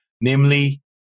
namely